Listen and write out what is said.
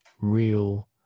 real